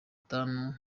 tanu